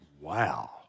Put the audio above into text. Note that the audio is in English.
wow